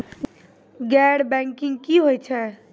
गैर बैंकिंग की होय छै?